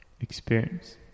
Experience